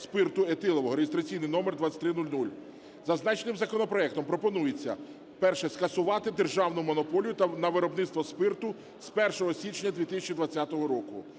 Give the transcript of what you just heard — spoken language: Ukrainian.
спирту етилового (реєстраційний номер 2300). Зазначеним законопроектом пропонується: перше – скасувати державну монополію на виробництво спирту з 1 січня 2020 року;